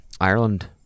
Ireland